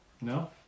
No